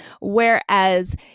Whereas